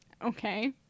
Okay